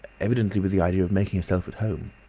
evidently with the idea of making herself at home.